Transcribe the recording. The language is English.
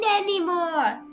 anymore